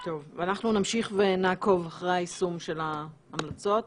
טוב, אנחנו נמשיך ונעקוב אחרי היישום של ההמלצות